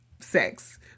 sex